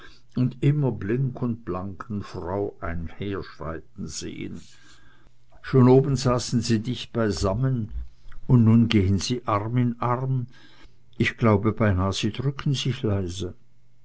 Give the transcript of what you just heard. und immer blink und blanken frau einherschreiten sehen schon oben saßen sie dicht beisammen und nun gehen sie arm in arm ich glaube beinah sie drücken sich leise